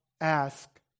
ask